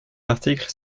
l’article